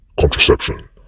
contraception